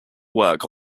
work